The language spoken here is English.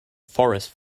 forest